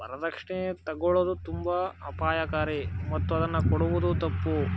ವರ್ದಕ್ಷಿಣೆ ತಗೊಳೋದು ತುಂಬ ಅಪಾಯಕಾರಿ ಮತ್ತು ಅದನ್ನು ಕೊಡುವುದು ತಪ್ಪು